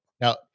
Now